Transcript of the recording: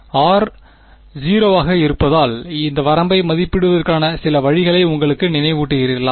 r 0 ஆக இருப்பதால் இந்த வரம்பை மதிப்பிடுவதற்கான சில வழிகளை உங்களுக்கு நினைவூட்டுகிறீர்களா